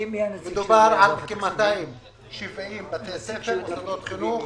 מדובר על כ-270 בתי ספר, מוסדות חינוך